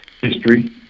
history